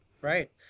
Right